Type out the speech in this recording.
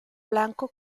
blanco